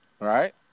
Right